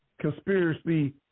conspiracy